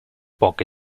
poche